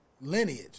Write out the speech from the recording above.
lineage